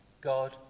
God